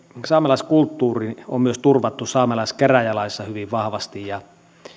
saamelaiskulttuuri on myös turvattu saamelaiskäräjälaissa hyvin vahvasti ja